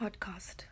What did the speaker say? podcast